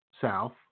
south